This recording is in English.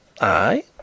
I